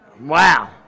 Wow